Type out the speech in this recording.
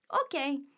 Okay